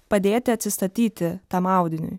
padėti atsistatyti tam audiniui